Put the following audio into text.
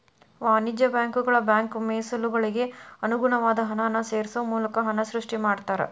ವಾಣಿಜ್ಯ ಬ್ಯಾಂಕುಗಳ ಬ್ಯಾಂಕ್ ಮೇಸಲುಗಳಿಗೆ ಅನುಗುಣವಾದ ಹಣನ ಸೇರ್ಸೋ ಮೂಲಕ ಹಣನ ಸೃಷ್ಟಿ ಮಾಡ್ತಾರಾ